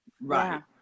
Right